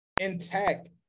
intact